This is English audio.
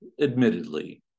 admittedly